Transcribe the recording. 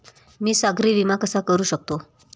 मी सागरी विमा कसा करू शकतो?